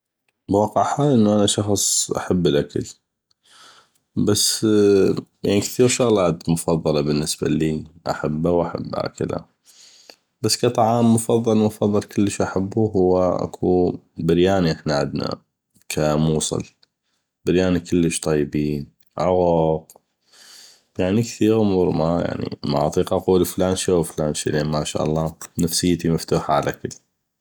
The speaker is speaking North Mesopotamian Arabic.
واقع حال انو انا شخص احب الاكل بس يعني اكثيغ شغلات مفضله بالنسبه اللي احبه واكله بس كطعام مفضل مفضل كلش احبو هو اكو برياني احنا عدنا ك موصل برياني كلش طيبي عغوق يعني كثيغ امور ما اطيق اقول فلان شي وفلان شي لان ما شاء الله نفسي كثيغ مفتوحه عالاكل